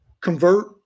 convert